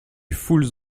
foules